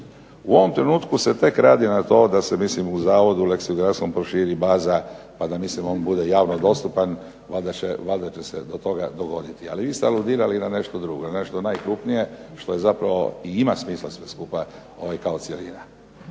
U ovom trenutku se tek radi na to da se mislim u Leksikografskom zavodu proširi baza pa da on bude javno dostupan valjda će se to dogoditi. Ali vi ste aludirali na nešto drugo, na nešto najkrupnije što je zapravo i ima smisla sve skupa kao cjelina.